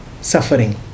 suffering